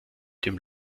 dem